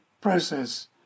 process